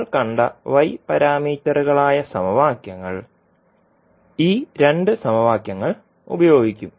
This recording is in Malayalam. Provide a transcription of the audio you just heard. നമ്മൾ കണ്ട y പരാമീറ്ററുകളായ സമവാക്യങ്ങൾ ഈ രണ്ട് സമവാക്യങ്ങൾ ഉപയോഗിക്കും